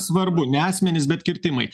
svarbu ne asmenys bet kirtimai